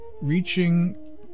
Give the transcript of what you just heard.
REACHING